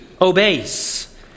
obeys